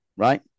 right